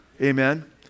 amen